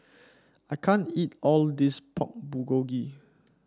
I can't eat all of this Pork Bulgogi